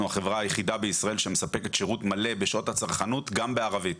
החברה היחידה בישראל שמספקת שירות מלא בשעות הצרכנות גם בערבית.